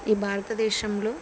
ఈ భారతదేశంలో